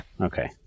Okay